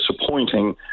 disappointing